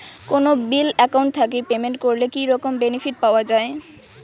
কোনো bill account থাকি payment করলে কি রকম বেনিফিট পাওয়া য়ায়?